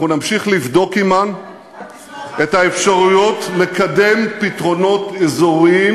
אנחנו נמשיך לבדוק עמן את האפשרויות לקדם פתרונות אזוריים